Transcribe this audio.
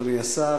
אדוני השר,